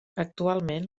actualment